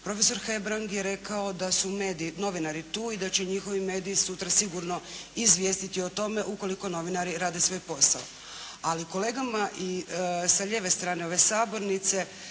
Profesor Hebrang je rekao da su mediji, novinari tu i da će njihovi mediji sutra sigurno izvijestiti o tome ukoliko novinari rade svoj posao. Ali kolegama i sa lijeve strane ove sabornice